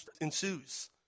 ensues